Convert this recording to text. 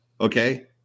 Okay